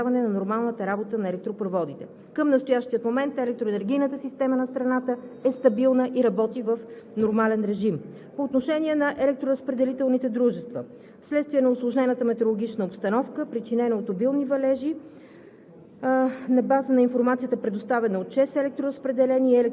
Девет работни екипа на ЕСО работят за отстраняване на авариите и възстановяване на нормалната работа на електропроводите. Към настоящия момент електроенергийната система на страната е стабилна и работи в нормален режим. По отношение на електроразпределителните дружества. Вследствие на усложнената метеорологична обстановка, причинена от обилни валежи,